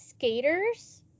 Skaters